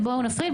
בואו נפריד,